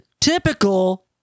typical